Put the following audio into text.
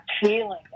feeling